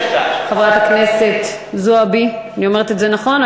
חברת הכנסת זוּעבי, אני אומרת את זה נכון?